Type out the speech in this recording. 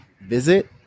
visit